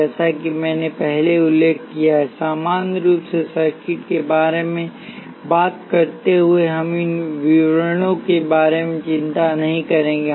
जैसा कि मैंने पहले उल्लेख किया है सामान्य रूप से सर्किट के बारे में बात करते हुए हम इन विवरणों के बारे में चिंता नहीं करेंगे